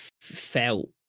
felt